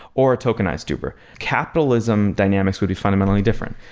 or tokenized uber. capitalism dynamics would be fundamentally different.